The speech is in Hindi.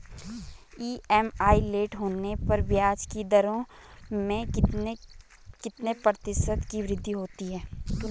ई.एम.आई लेट होने पर ब्याज की दरों में कितने कितने प्रतिशत की वृद्धि होती है?